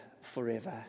forever